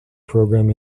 program